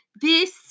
this-